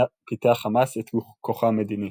פיתח חמאס את כוחו המדיני.